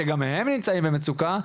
שגם הם נמצאים במצוקה.